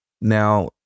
Now